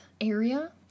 area